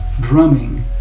Drumming